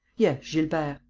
yes, gilbert.